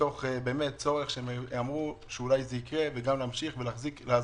מתוך צורך שאמרו שאולי זה יקרה וגם כדי להמשיך ולעזור במשק.